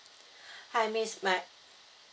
hi miss my